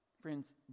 Friends